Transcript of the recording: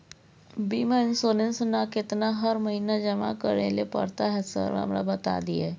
बीमा इन्सुरेंस ना केतना हर महीना जमा करैले पड़ता है सर हमरा बता दिय?